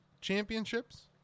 championships